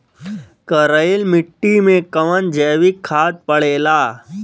करइल मिट्टी में कवन जैविक खाद पड़ेला?